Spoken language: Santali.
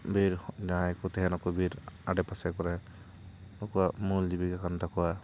ᱵᱤᱨ ᱡᱟᱦᱟᱭ ᱠᱚ ᱛᱟᱦᱮᱱᱟᱠᱚ ᱵᱤᱨ ᱟᱰᱮ ᱯᱟᱥᱮ ᱠᱚᱨᱮ ᱱᱩᱠᱩᱭᱟᱜ ᱢᱩᱞ ᱡᱤᱵᱤᱠᱟ ᱠᱟᱱ ᱛᱟᱠᱚᱭᱟ